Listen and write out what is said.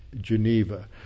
Geneva